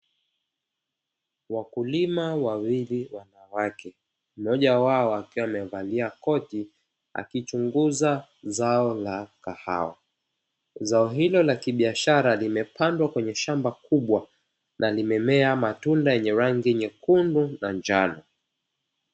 Wakulima wawili wanawake, mmoja wao akiwa amevalia koti akichunguza zao la kahawa. Zao hilo la kibiashara limepandwa kwenye shamba kubwa na limemea matunda yenye rangi nyekundu na njano.